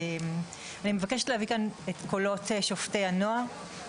אני מבקשת להביא כאן את קולות שופטי הנוער.